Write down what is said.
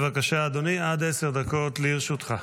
בבקשה, אדוני, עד עשר דקות לרשותך.